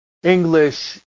English